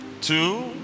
two